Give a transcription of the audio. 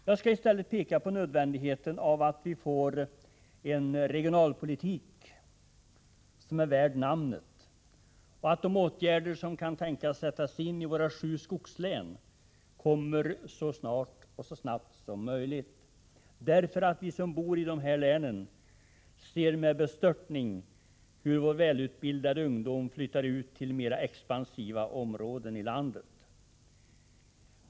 Jag skall i stället peka på nödvändigheten av att vi får en regionalpolitik som är värd namnet och att de åtgärder som kan tänkas sättas in i våra sju skogslän vidtas så snart och så snabbt som möjligt — vi som bor i de länen ser med bestörtning hur vår välutbildade ungdom flyttar till mera expansiva områden i landet.